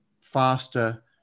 faster